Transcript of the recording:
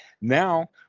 now